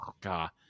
God